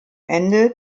ende